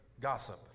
Gossip